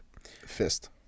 Fist